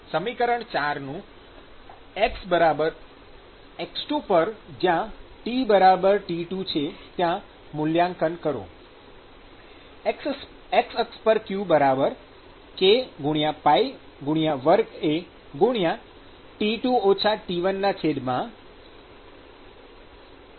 સમીકરણ ૪ નું xx2 પર જ્યાં T T2 છે ત્યાં મૂલ્યાંકન કરો